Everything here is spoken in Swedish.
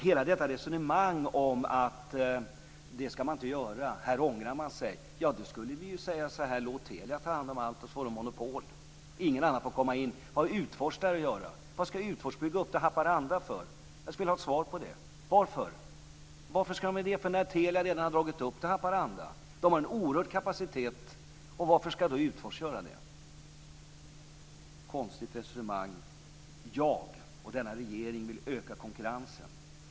Hela detta resonemang om att man inte ska göra detta och att man ångrar sig skulle ju kunna innebära att Telia fick ta hand om allt, och så får de monopol. Ingen annan får komma in. Vad har Utfors där att göra? Varför ska Utfors bygga upp till Haparanda? Jag vill ha ett svar på det. Varför? Varför ska de göra det när Telia redan har gjort det till Haparanda? De har en oerhörd kapacitet. Varför ska då Utfors göra det också? Detta är ett konstigt resonemang. Jag och regeringen vill öka konkurrensen.